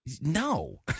No